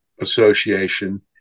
association